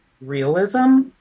realism